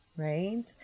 Right